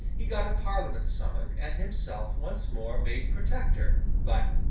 he got a parliament summoned and himself once more made protector, but,